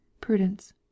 PRUDENCE